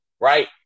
right